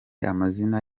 amazina